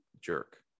jerk